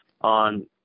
on